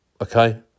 Okay